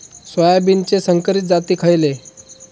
सोयाबीनचे संकरित जाती खयले?